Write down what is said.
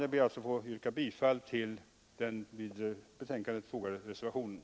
Jag ber att få yrka bifall till den vid betänkandet fogade reservationen.